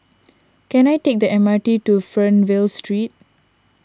can I take the M R T to Fernvale Street